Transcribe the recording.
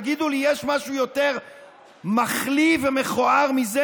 תגידו לי, יש משהו יותר מחליא ומכוער מזה?